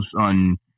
on